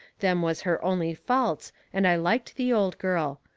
them was her only faults and i liked the old girl.